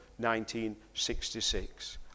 1966